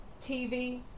TV